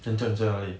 then 站在哪里